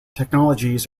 technologies